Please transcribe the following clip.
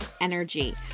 energy